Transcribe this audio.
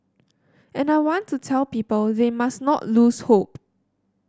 and I want to tell people they must not lose hope